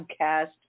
Podcast